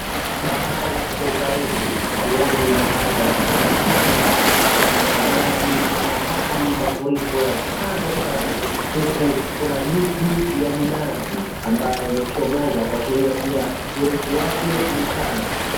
Bahari kwa ukaribu hatuoni mahala pa mchanga ila pana maji kwa mbali mafuriko ya kando sana, huku kuna miti ya minazi ambayo imechomoza kuashiria pia urefu wake ni sana.